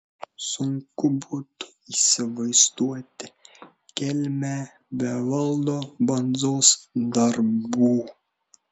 sunku būtų įsivaizduoti kelmę be valdo bandzos darbų